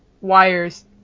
wires